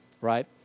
right